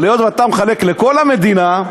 אבל היות שאתה מחלק לכל המדינה,